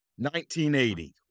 1980